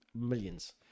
millions